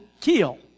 kill